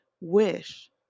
wish